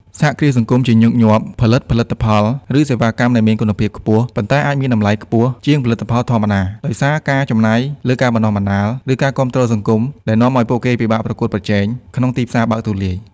សហគ្រាសសង្គមជាញឹកញាប់ផលិតផលិតផល ឬសេវាកម្មដែលមានគុណភាពខ្ពស់ ប៉ុន្តែអាចមានតម្លៃខ្ពស់ជាងផលិតផលធម្មតាដោយសារការចំណាយលើការបណ្តុះបណ្តាល ឬការគាំទ្រសង្គមដែលនាំឲ្យពួកគេពិបាកប្រកួតប្រជែង ក្នុងទីផ្សារបើកទូលាយ។